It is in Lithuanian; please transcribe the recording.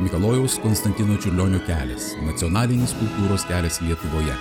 mikalojaus konstantino čiurlionio kelias nacionalinis kultūros kelias lietuvoje